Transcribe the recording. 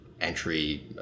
entry